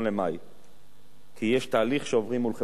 כי יש תהליך שעוברים מול חברות הביטוח,